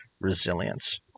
resilience